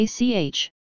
ACH